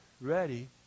ready